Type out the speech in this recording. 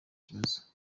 kibazo